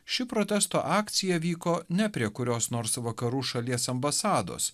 ši protesto akcija vyko ne prie kurios nors vakarų šalies ambasados